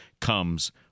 comes